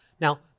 Now